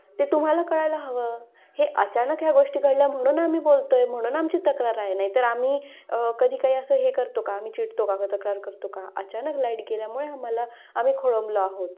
ते तुम्हाला कळायला हवं हे अचानक ह्या गोष्टी घडल्या म्हणून आम्ही बोलतो आहे म्हणून आमची तक्रार आहे नाही तर आम्ही कधी काही असं हे करतो का आम्ही चिडतो का का तक्रार करतो का अचानक लाईट गेल्यामुळे आम्हाला आम्ही खोळंबलो आहोत